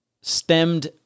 stemmed